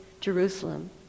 Jerusalem